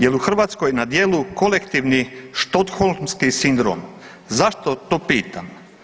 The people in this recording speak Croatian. Jel u Hrvatskoj na djelu kolektivni stockholmski sindrom, zašto to pitam?